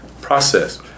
process